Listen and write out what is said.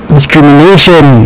discrimination